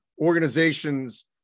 organizations